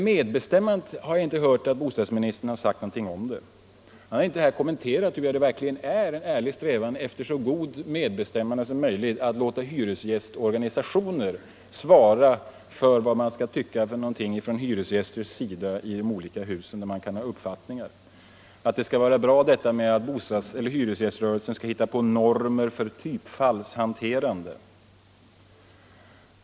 Jag har inte hört att bostadsministern sagt någonting om medbestämmandet. Han har inte kommenterat om det finns en ärlig strävan att uppnå så god medbestämmanderätt som möjligt då man låter hyresgästorganisationer svara för vad hyresgästerna skall tycka eller om det är bra att hyresgäströrelsen skall hitta på ”normer för typfallens hanterande”.